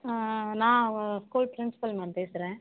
நான் அவன் school principal ma'am பேசுகிறேன்